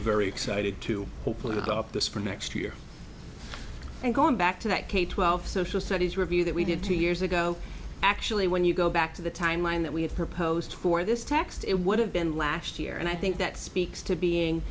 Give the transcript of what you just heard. very excited to politico up this for next year and going back to that k twelve social studies review that we did two years ago actually when you go back to the timeline that we have proposed for this text it would have been last year and i think that speaks to being